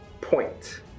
point